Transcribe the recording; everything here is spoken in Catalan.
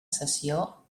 sessió